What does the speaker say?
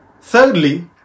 Thirdly